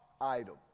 item